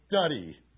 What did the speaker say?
study